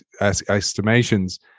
estimations